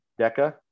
deca